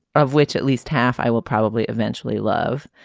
of which at least half i will probably eventually love.